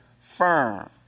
firm